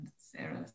Sarah